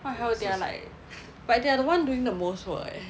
what the hell they are like but they are the one doing the most work eh